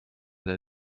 der